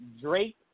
Drake